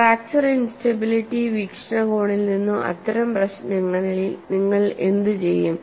fracture instability വീക്ഷണകോണിൽ നിന്നു അത്തരം പ്രശ്നങ്ങളിൽ നിങ്ങൾ എന്തുചെയ്യും